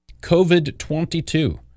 COVID-22